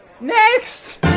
Next